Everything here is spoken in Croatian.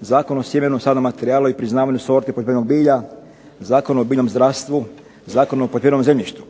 Zakon o sjemenu i sadnom materijalu i priznavanju sorti poljoprivrednog bilja, Zakon o biljnom zdravstvu, Zakon o poljoprivrednom zemljištu.